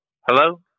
hello